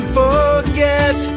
forget